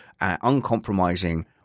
uncompromising